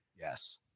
yes